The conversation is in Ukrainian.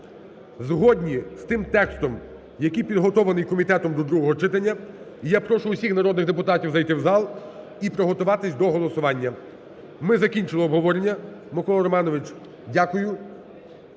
згодні з тим текстом, який підготовлений комітетом до другого читання. І я прошу всіх народних депутатів зайти в зал і приготуватись до голосування. Ми закінчили обговорення, Миколо Романовичу, дякую.